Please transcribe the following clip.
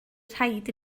rhaid